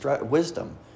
wisdom